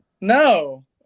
no